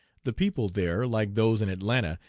the people there, like those in atlanta,